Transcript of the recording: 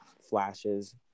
flashes –